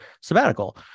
sabbatical